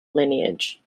lineage